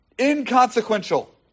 inconsequential